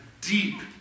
deep